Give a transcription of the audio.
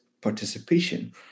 participation